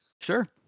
Sure